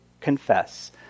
confess